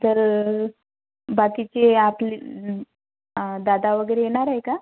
तर बाकीचे आपले दादा वगैरे येणार आहे का